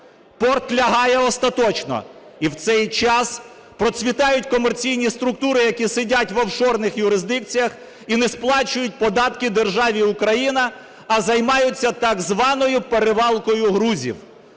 порт лягає остаточно. І в цей час процвітають комерційні структури, які сидять в офшорних юрисдикціях і не сплачують податки державі Україна, а займаються так званою "перевалкою грузів".